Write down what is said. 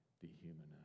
dehumanized